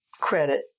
credit